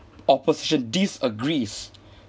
opposition disagrees